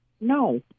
No